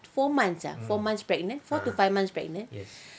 four months ah four months pregnant four to five months pregnant